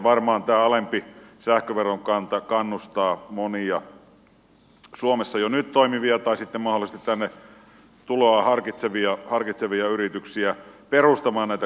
varmaan tämä alempi sähköverokanta kannustaa monia suomessa jo nyt toimivia ja sitten mahdollisesti tänne tuloa harkitsevia yrityksiä perustamaan näitä konesaleja suomeen